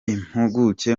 impuguke